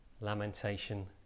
lamentation